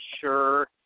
sure